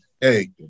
Hey